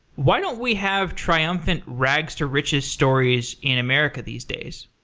why don't we have triumphant rags to riches stories in america these days?